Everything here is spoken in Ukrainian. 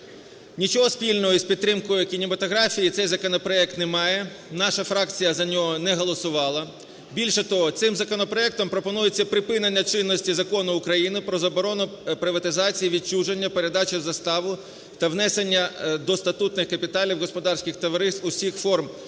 Нічого спільного із підтримкою кінематографії цей законопроект немає. Наша фракція за нього не голосувала, більше того, цим законопроектом пропонується припинення чинності закону України "Про заборону приватизації, відчуження, передачі в заставу та внесення до статутних капіталів господарських товариств усіх форм